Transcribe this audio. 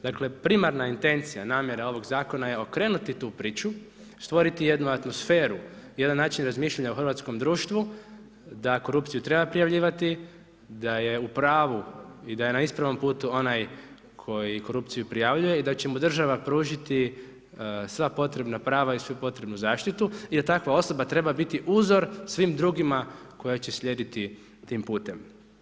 Dakle, primarna intencija namjere ovoga zakona je okrenuti tu priču, stvoriti jednu atmosferu, jedan način razmišljanja o hrvatskom društvu da korupciju treba prijavljivati, da je u pravu i da je na ispravnom putu onaj koji korupciju prijavljuje i da će mu država pružiti sva potrebna prava i svu potrebnu zaštitu jer takva osoba treba biti uzor svim drugima koji će slijediti tim putem.